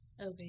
Okay